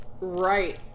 right